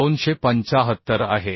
275 आहे